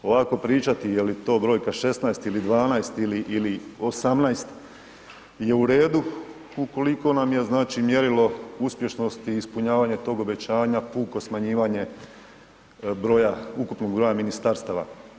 Ovako pričati je li to brojka 16 ili 12 ili 18 je u redu ukoliko nam je, znači mjerilo uspješnosti i ispunjavanja tog obećanja puko smanjivanje broja, ukupnog broja ministarstava.